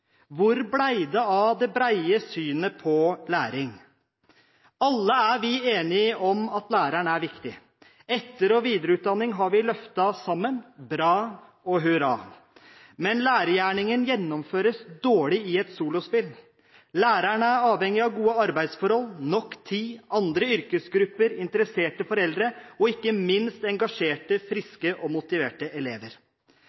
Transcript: hvor ble det av det brede synet på læring? Alle er vi enige om at læreren er viktig. Etter- og videreutdanning har vi løftet sammen – bra og hurra. Men lærergjerningen gjennomføres dårlig i et solospill. Lærerne er avhengige av gode arbeidsforhold, nok tid, andre yrkesgrupper, interesserte foreldre og ikke minst engasjerte,